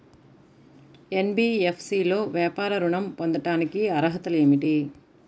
NBFC లో వ్యాపార ఋణం పొందటానికి అర్హతలు ఏమిటీ?